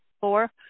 four